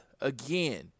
again